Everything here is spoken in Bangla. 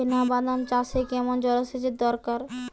চিনাবাদাম চাষে কেমন জলসেচের দরকার?